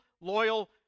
loyal